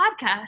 podcast